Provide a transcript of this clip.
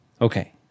Okay